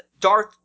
Darth